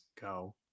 go